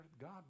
God